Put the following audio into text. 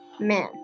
man